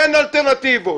אין אלטרנטיבות.